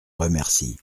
remercie